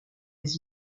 des